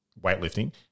weightlifting